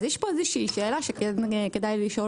אז יש פה איזושהי שאלה שכדאי לשאול